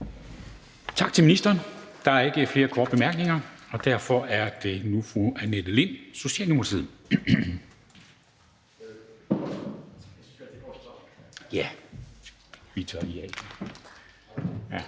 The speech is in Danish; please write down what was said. Tak til ministeren. Der er ikke flere korte bemærkninger, og derfor er det nu fru Annette Lind, Socialdemokratiet. Værsgo. Kl.